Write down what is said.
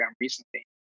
recently